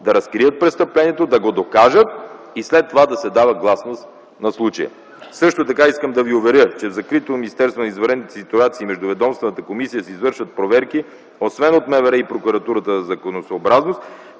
да разкрият престъплението, да го докажат и след това да се дава гласност на случая. Също така искам да Ви уверя, че в закритото Министерство на извънредните ситуации и в Междуведомствената комисия се извършват проверки освен от МВР и прокуратурата за законосъобразност,